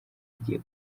igihe